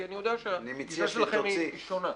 כי אני יודע שהתפיסה שלכם היא שונה.